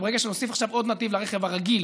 וברגע שנוסיף עוד נתיב לרכב הרגיל